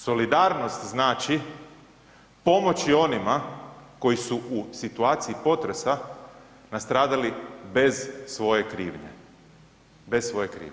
Solidarnost znači pomoći onima koji su u situaciji potresa nastradali bez svoje krivnje, bez svoje krivnje.